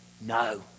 no